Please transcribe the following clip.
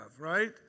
right